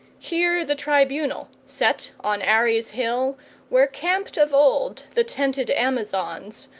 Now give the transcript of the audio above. here the tribunal, set on ares' hill where camped of old the tented amazons,